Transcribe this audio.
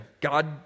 God